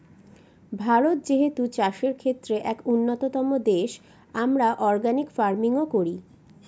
ভারত যেহেতু চাষের ক্ষেত্রে এক উন্নতম দেশ, আমরা অর্গানিক ফার্মিং ও করি